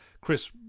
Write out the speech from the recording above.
Chris